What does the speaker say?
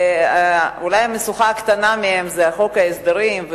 ואולי המשוכה הקטנה בהן היא חוק ההסדרים,